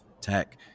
tech